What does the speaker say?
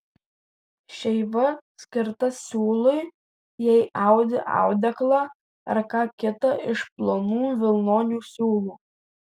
šeiva skirta siūlui jei audi audeklą ar ką kita iš plonų vilnonių siūlų